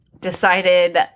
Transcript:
decided